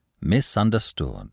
Misunderstood